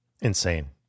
insane